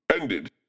ended